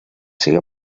siga